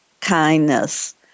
kindness